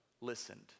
listened